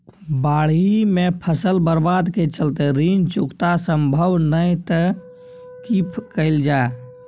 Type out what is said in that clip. बाढि में फसल बर्बाद के चलते ऋण चुकता सम्भव नय त की कैल जा?